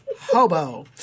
hobo